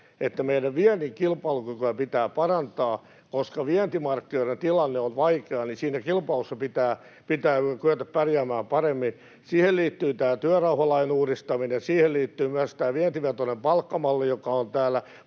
että meidän viennin kilpailukykyä pitää parantaa. Koska vientimarkkinoiden tilanne on vaikea, niin siinä kilpailussa pitää kyetä pärjäämään paremmin. Siihen liittyy tämä työrauhalain uudistaminen. Siihen liittyy myös tämä vientivetoinen palkkamalli, joka on täällä